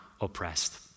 oppressed